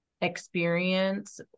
experience